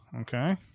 okay